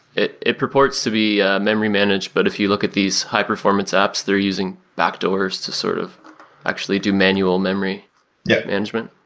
it it reports to be a memory managed, but if you look at these high performance apps, they're using backdoors to sort of actually do manual memory yeah management.